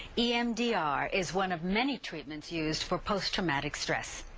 emdr is one of many treatments used for post traumatic stress,